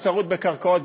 ספסרות בקרקעות,